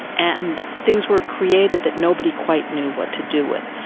and things were created that nobody quite knew what to do with.